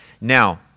Now